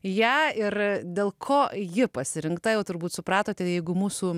ją ir dėl ko ji pasirinkta jau turbūt supratote jeigu mūsų